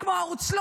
כמו ערוץ 12,